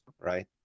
right